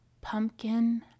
pumpkin